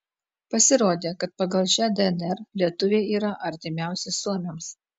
pasirodė kad pagal šią dnr lietuviai yra artimiausi suomiams